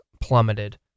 plummeted